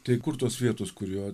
tai kur tos vietos kur jo